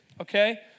Okay